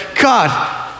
God